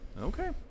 Okay